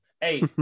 Hey